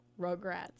Rugrats